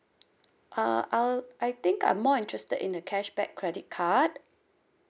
uh I'll I think I'm more interested in the cashback credit card